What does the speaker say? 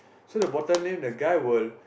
so the bottom lane the guy will